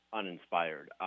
uninspired